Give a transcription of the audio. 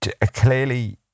clearly